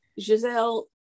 Giselle